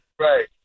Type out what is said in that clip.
right